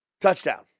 touchdown